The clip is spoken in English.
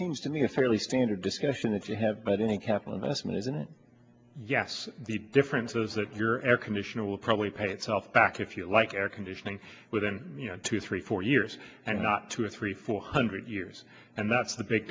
seems to me a fairly standard discussion that you have but any capital investment isn't it yes the difference is that your air conditioner will probably pay itself back if you like air conditioning within you know two three four years and not two or three four hundred years and that's the big